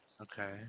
Okay